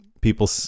people